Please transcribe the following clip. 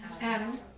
Adam